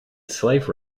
slave